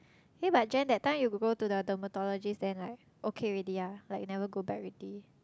hey but Jen that time you go to the dermatologist then like okay already ah like you never go back already